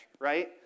right